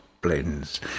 blends